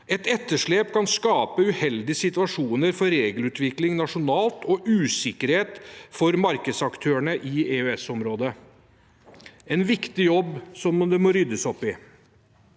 Et etterslep kan skape uheldige situasjoner for regelutvikling nasjonalt og usikkerhet for markedsaktørene i EØS-området – en viktig jobb som det må ryddes opp i.